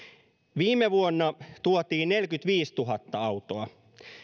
viime vuonna tuotiin neljäkymmentäviisituhatta autoa